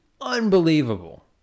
unbelievable